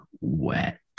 wet